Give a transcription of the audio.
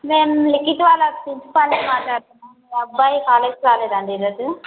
నేను లిఖిత్ వాళ్ళ ప్రిన్సిపల్ని మాట్లాడుతున్నా మీ అబ్బాయి కాలేజ్కి రాలేదండి ఈ రోజు